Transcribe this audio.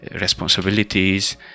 responsibilities